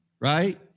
right